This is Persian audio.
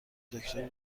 دکتر